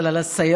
אבל על הסייעות,